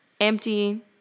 empty